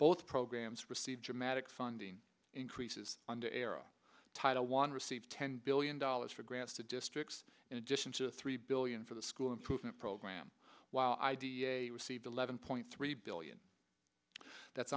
both programs receive dramatic funding increases under era title one receive ten billion dollars for granted districts in addition to the three billion for the school improvement program while i did receive eleven point three billion that's